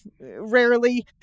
rarely